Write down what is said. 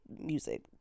music